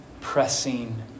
pressing